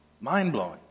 mind-blowing